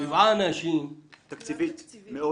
זו ועדה תקציבית מאוד